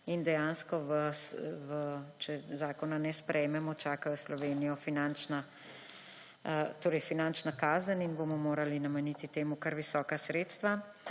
podaljšala. Če zakona ne sprejmemo, dejansko čaka Slovenijo finančna kazen in bomo morali nameniti temu kar visoka sredstva.